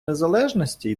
незалежності